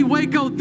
Waco